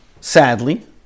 sadly